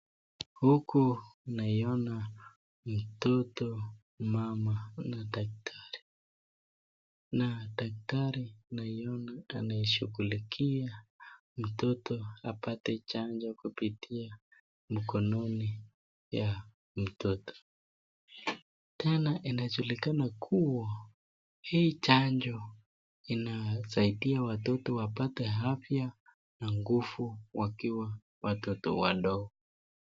Huku naiona mtoto, mama na daktari. Na daktari naiona anayeshughulikia mtoto apate chanjo kupitia mkononi ya mtoto. Tena inajulikana kuwa hii chanjo inasaidia watoto wapate afya na nguvu wakiwa watoto wadogo.